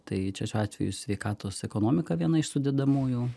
tai čia šiuo atveju sveikatos ekonomika viena iš sudedamųjų